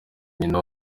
nyina